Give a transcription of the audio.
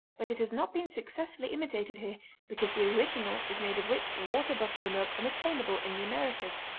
but it has not been successfully imitated here because the original is made of rich water-buffalo milk unattainable in the americas.